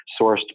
sourced